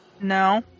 No